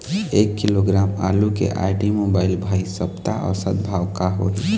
एक किलोग्राम आलू के आईडी, मोबाइल, भाई सप्ता औसत भाव का होही?